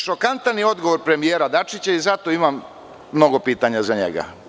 Šokantan je odgovor premijera Dačića i zato imam mnogo pitanja za njega.